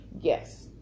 yes